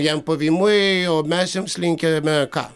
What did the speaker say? jam pavymui o mes jums linkime ką